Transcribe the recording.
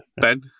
Ben